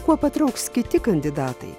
kuo patrauks kiti kandidatai